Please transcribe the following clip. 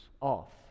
off